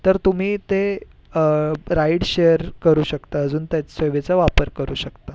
तर तुम्ही ते राईड शेअर करू शकता अजून त्याच सेवेचा वापर करू शकता